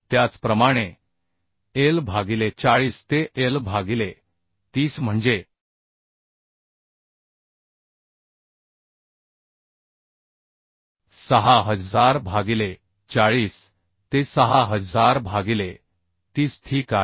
त्याचप्रमाणे L भागिले 40 ते L भागिले 30 म्हणजे 6000 भागिले 40 ते 6000 भागिले 30 ठीक आहे